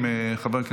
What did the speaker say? עברה,